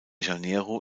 janeiro